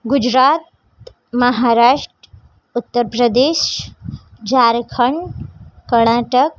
Gujarat Maharashtra Uttar Pradesh Jharkhand Karnataka